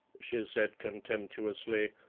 she said contemptuously.